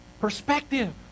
Perspective